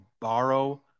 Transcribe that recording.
borrow